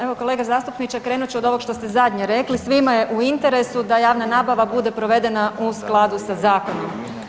Evo kolega zastupniče, krenut ću od ovog što ste zadnje rekli, svima je u interesu da javna nabava bude provedena u skladu sa zakonom.